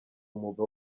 umwuga